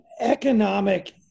economic